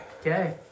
Okay